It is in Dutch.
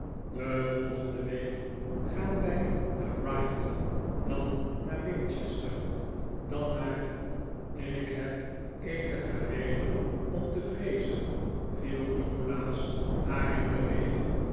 de volgende week gaan wij naar ryde dan naar winchester dan naar ik heb eenige reden om te vreezen viel nikolaas haar in de rede